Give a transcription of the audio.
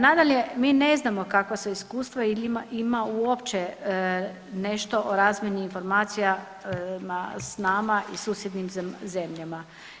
Nadalje, mi ne znamo kakva su iskustva i jel ima, ima uopće nešto o razmjeni informacija s nama i susjednim zemljama.